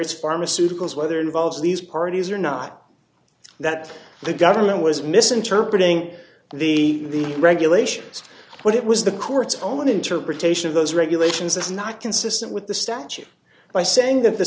it's pharmaceuticals whether involved these parties or not that the government was misinterpreting the regulations but it was the court's own interpretation of those regulations is not consistent with the statute by saying that the